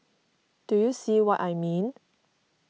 do you see what I mean